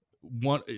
one